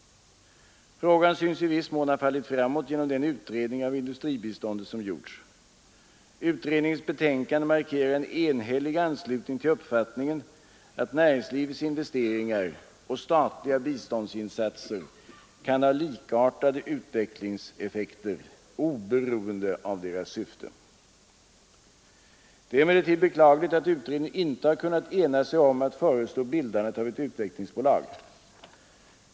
Frågan synes i viss mån ha fallit framåt genom den utredning av industribiståndet som gjorts. Utredningens betänkande markerar en enhällig anslutning till uppfattningen att näringslivets investeringar och statliga biståndsinsatser kan ha likartade utvecklingseffekter, oberoende av deras syfte. Det är emellertid beklagligt att utredningen inte har kunnat ena sig om att föreslå bildandet av ett utvecklingsbolag.